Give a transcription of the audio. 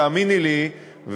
תאמיני לי,